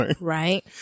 Right